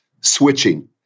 switching